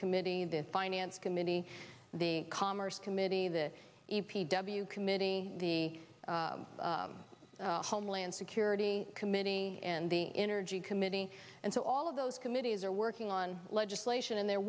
committee the finance committee the commerce committee the e p w committee the homeland security committee and the energy committee and so all of those committees are working on legislation and they're